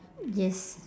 yes